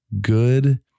good